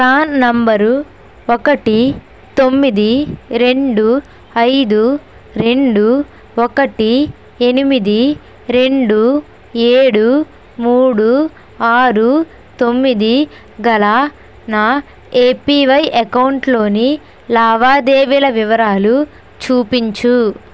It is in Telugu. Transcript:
ప్రాన్ నంబరు ఒకటి తొమ్మిది రెండు ఐదు రెండు ఒకటి ఎనిమిది రెండు ఏడు మూడు ఆరు తొమ్మిది గల నా ఏపివై అకౌంటులోని లావాదేవీల వివరాలు చూపించు